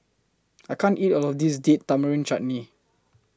I can't eat All of This Date Tamarind Chutney